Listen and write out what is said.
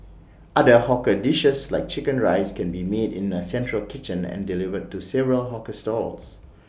other hawker dishes like Chicken Rice can be made in A central kitchen and delivered to several hawker stalls